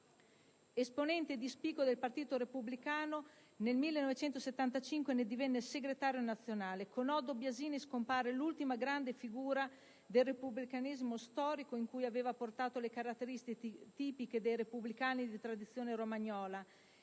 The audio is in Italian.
Esponente di spicco del Partito Repubblicano Italiano, nel 1975 ne divenne segretario nazionale. Con Oddo Biasini scompare l'ultima grande figura del repubblicanesimo storico, in cui aveva portato le caratteristiche tipiche dei repubblicani di tradizione romagnola,